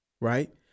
Right